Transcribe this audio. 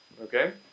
okay